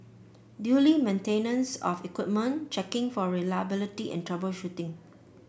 maintenance of equipment checking for reliability and troubleshooting